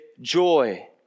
joy